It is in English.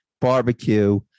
barbecue